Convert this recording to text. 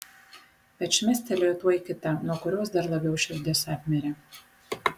bet šmėstelėjo tuoj kita nuo kurios dar labiau širdis apmirė